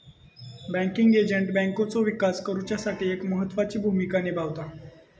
banking agent बँकेचो विकास करुच्यासाठी एक महत्त्वाची भूमिका निभावता